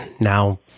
now